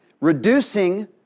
reducing